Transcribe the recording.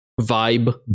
vibe